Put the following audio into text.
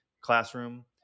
classroom